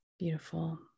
Beautiful